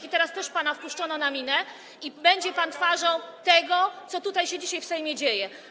I teraz też pana wpuszczono na minę, i będzie pan twarzą tego, co się tutaj dzisiaj w Sejmie dzieje.